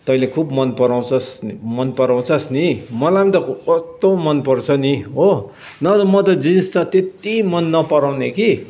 तैँले खुब मन पराउँछस् मन पराउँछस् नि मलाई पनि त कस्तो मनपर्छ नि हो नभए त म त जिन्स त त्यत्ति मन नपराउने कि